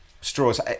straws